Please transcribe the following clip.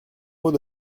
mot